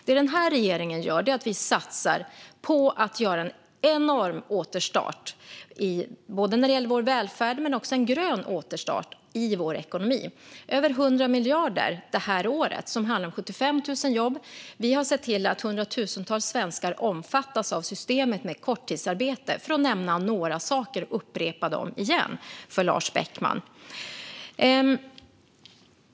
Den här regeringen satsar i stället på att göra en enorm återstart i välfärden och för att få en grön återstart i ekonomin. Vi lägger över 100 miljarder i år för att skapa 75 000 jobb. Vi har också sett till att hundratusentals svenskar omfattas av systemet med korttidsarbete, för att nämna några saker. Jag upprepar dem igen för Lars Beckman.